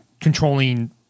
controlling